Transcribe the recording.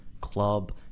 club